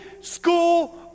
school